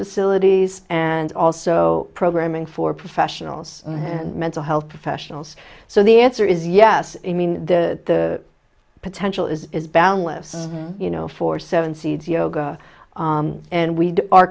facilities and also programming for professionals and mental health professionals so the answer is yes i mean the potential is is boundless you know for seven seeds yoga and we are